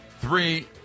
three